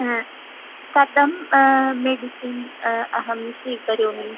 ह कथं मेडिसिन् अहं स्वीकरोमि